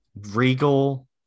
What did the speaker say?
Regal